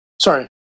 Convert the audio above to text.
Sorry